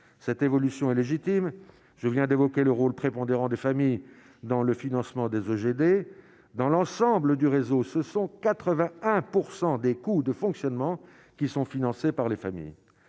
cette évolution est légitime : je viens d'évoquer le rôle prépondérant des familles dans le financement des eaux GD dans l'ensemble du réseau, ce sont 81 % des coûts de fonctionnement qui sont financées par les familles,